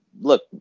look